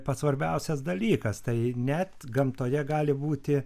pats svarbiausias dalykas tai net gamtoje gali būti